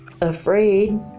afraid